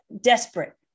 desperate